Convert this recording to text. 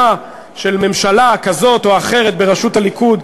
של ממשלה כזאת או אחרת בראשות הליכוד.